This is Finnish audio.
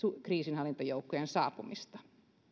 kriisinhallintajoukkojen saapumista